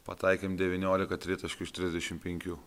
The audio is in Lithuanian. pataikėm devyniolika tritaškių iš trisdešimt penkių